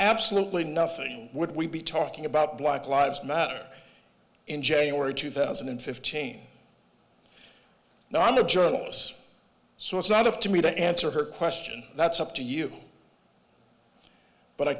absolutely nothing would we be talking about black lives matter in january two thousand and fifteen now i'm the journalists so it's not up to me to answer her question that's up to you but i